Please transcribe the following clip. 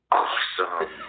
awesome